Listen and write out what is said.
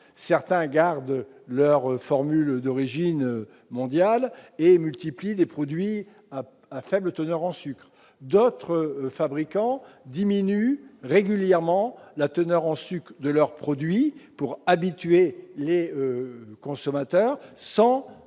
certains gardent leur formule d'origine mondiale et multiplient les produits à faible teneur en sucre ; d'autres fabricants diminuent régulièrement la teneur en sucre de leurs produits pour habituer les consommateurs sans